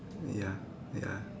ya wait ah